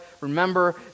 Remember